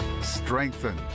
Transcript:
strengthen